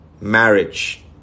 marriage